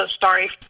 sorry